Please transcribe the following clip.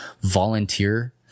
volunteer